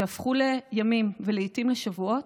שהפכו לימים ולעיתים לשבועות,